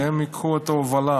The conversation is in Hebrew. שהם ייקחו את ההובלה.